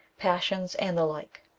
passions, and the like.